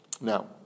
now